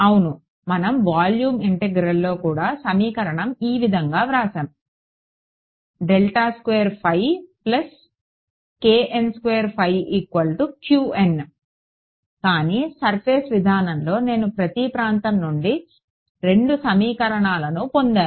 అవును మనం వాల్యూమ్ ఇంటిగ్రల్లో కూడా సమీకరణం ఈ విధంగా వ్రాసాము కానీ సర్ఫేస్ విధానంలో నేను ప్రతి ప్రాంతం నుండి రెండు సమీకరణాలను పొందాను